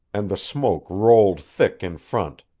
and the smoke rolled thick in front,